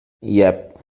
yep